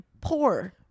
poor